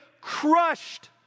crushed